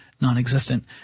non-existent